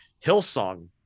Hillsong